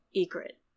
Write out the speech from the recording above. Egret